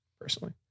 personally